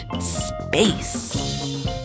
space